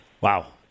Wow